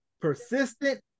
persistent